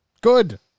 good